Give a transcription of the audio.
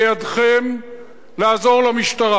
בידכם לעזור למשטרה.